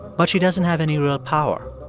but she doesn't have any real power.